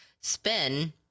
spin